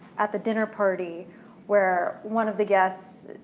at the dinner party where one of the guests